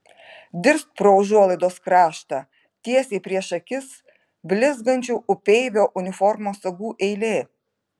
dirst pro užuolaidos kraštą tiesiai prieš akis blizgančių upeivio uniformos sagų eilė